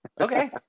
Okay